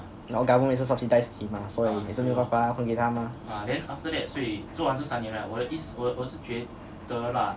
然后 government 也是 subsidise 你嘛所以你也是要把它还给他嘛